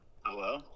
Hello